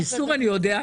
חיסור אני יודע,